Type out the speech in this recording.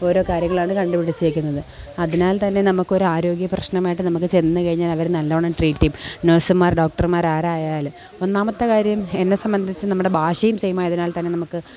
ഓരോ കാര്യങ്ങളാണ് കണ്ടു പിടിച്ചിരിക്കുന്നത് അതിനാൽ തന്നെ നമുക്കൊരു ആരോഗ്യ പ്രശ്നമായിട്ട് നമുക്ക് ചെന്ന് കഴിഞ്ഞാലവർ നല്ലോണം ട്രീറ്റ് ചെയ്യും നേഴ്സുമാർ ഡോക്ടർമാർ ആരായാലും ഒന്നാമത്തെ കാര്യം എന്നെ സംബന്ധിച്ച് നമ്മുടെ ഭാഷയും സേയിം ആയതിനാൽ തന്നെ നമുക്ക്